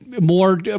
more